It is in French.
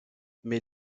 mais